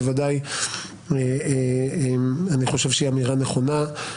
בוודאי היא אמירה נכונה.